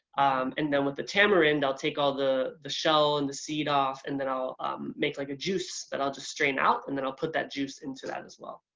and then with the tamarind i'll take all the the shell and the seed off, and then i'll make like a juice that i'll just strain out and then i'll put that juice into that as well.